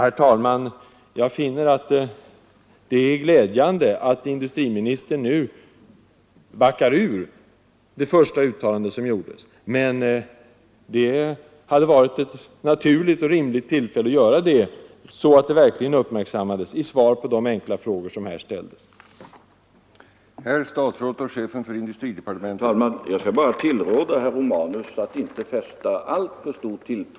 Herr talman! Jag finner det glädjande att industriministern nu backar ut från det första uttalande som gjordes, men det hade varit ett naturligt — Nr 76 och rimligt tillfälle att göra det så att det verkligen uppmärksammades, Torsdagen den dvs. genom att svara på de enkla frågor som ställdes i riksdagen. 9 maj 1974